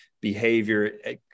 behavior